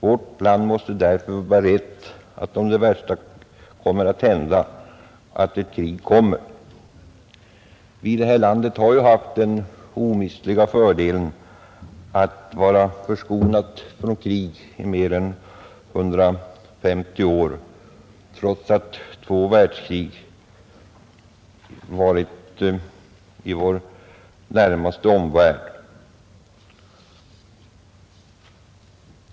Vårt land måste därför vara berett på att det värsta kan hända — att kriget kommer.” Vi i vårt land har haft den omistliga fördelen att vara förskonade från krig i mer än 150 år, trots att två världskrig direkt berört vår närmaste omvärld.